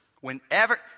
Whenever